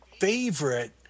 favorite